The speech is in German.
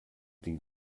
den